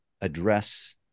address